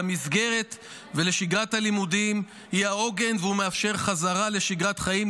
למסגרת ולשגרת הלימודים היא העוגן המאפשר חזרה לשגרת חיים,